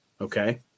Okay